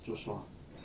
joshua